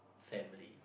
family